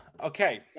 Okay